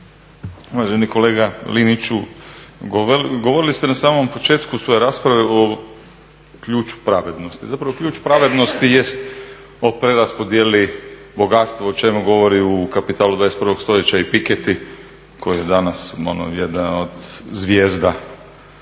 Uvaženi kolega Liniću, govorili ste na samom početku svoje rasprave o ključu pravednosti. Zapravo ključ pravednosti jest o preraspodjeli bogatstva o čemu govori u Kapitalu 21. stoljeća i Piketty koji je danas jedan od zvijezda.